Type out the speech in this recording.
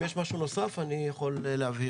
אם יש משהו נוסף אני יכול להבהיר.